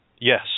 Yes